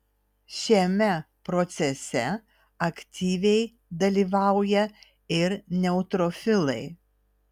šiame procese aktyviai dalyvauja ir neutrofilai